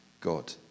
God